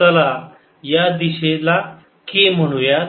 चला या दिशेला k म्हणूयात